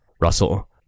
Russell